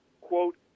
quote